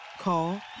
Call